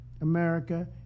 America